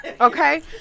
Okay